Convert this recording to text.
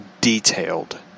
detailed